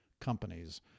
companies